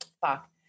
Fuck